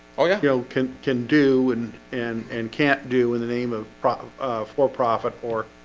oh, yeah, no can can do and and and can't do in the name of profit for profit or